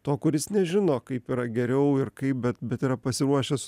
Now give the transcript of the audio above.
to kuris nežino kaip yra geriau ir kaip bet bet yra pasiruošęs